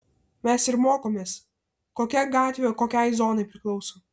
mes ir mokomės kokia gatvė kokiai zonai priklauso